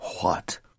What